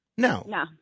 No